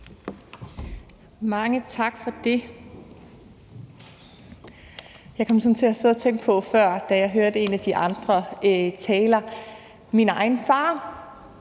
Mange tak for det. Jeg kom sådan til at sidde og tænke på min egen far, da jeg før hørte en af de andre taler. Han har